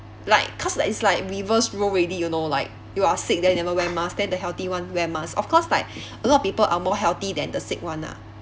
like cause like it's like reverse role already you know like you are sick then you never wear mask then the healthy one wear mask of course like a lot of people are more healthy than the sick one lah